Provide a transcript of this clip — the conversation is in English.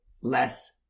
less